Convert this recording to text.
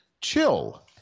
chill